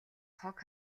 хог